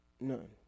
None